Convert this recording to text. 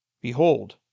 Behold